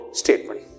statement